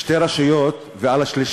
יש שתי רשויות, ואת השלישית